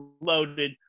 loaded